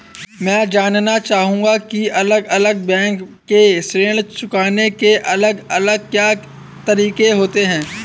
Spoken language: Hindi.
मैं जानना चाहूंगा की अलग अलग बैंक के ऋण चुकाने के अलग अलग क्या तरीके होते हैं?